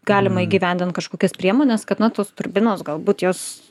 galima įgyvendint kažkokias priemones kad na tos turbinos galbūt jos